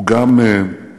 הוא גם חשב